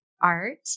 Art